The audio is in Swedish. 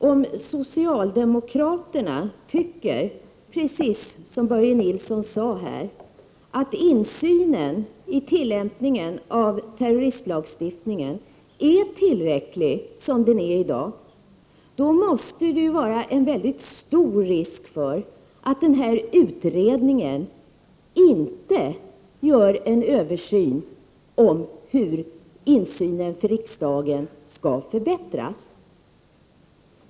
Om socialdemokraterna, precis som Börje Nilsson sade, tycker att insynen i tillämpningen av terroristlagstiftningen är tillräcklig i dag, måste det föreligga en mycket stor risk för att utredningen inte gör någon översyn av hur insynen för riksdagen skall förbättras.